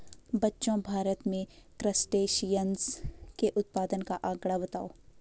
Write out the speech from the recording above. बच्चों भारत में क्रस्टेशियंस के उत्पादन का आंकड़ा बताओ?